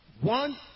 one